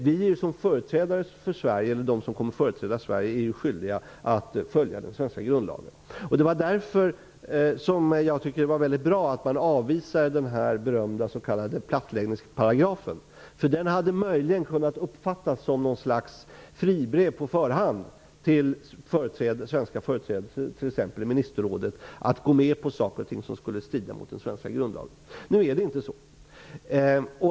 De som företräder Sverige är skyldiga att följa den svenska grundlagen. Därför tycker jag det var bra att man avvisade den berömda s.k. ''plattläggningsparagrafen''. Den hade möjligen kunnat uppfattas som ett slags fribrev på förhand till svenska företrädare i t.ex. ministerrådet att gå med på saker och ting som skulle strida mot den svenska grundlagen. Nu är det inte så.